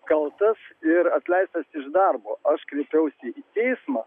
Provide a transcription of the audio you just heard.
kaltas ir atleistas iš darbo aš kreipiausi į teismą